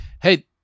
Hey